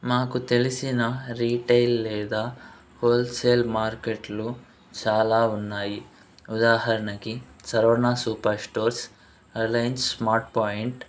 మాకు తెలిసిన రిటైల్ లేదా హోల్సేల్ మార్కెట్లు చాలా ఉన్నాయి ఉదాహరణకి Saravana super stores Reliance smart point